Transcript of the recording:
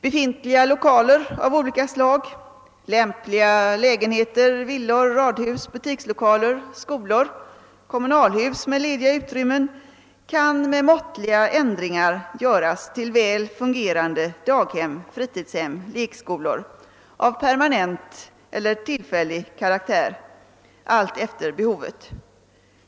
Befintliga 1lokaler av olika slag — lämpliga lägenheter i villor och radhus, butikslokaler, skolor, kommunalhus med lediga utrymmen o.s.v. — kan med måttliga ändringar göras om till väl fungerande daghem, fritidshem och lekskolor av permanent eller tillfällig karaktär, alltefter behovet.